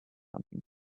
something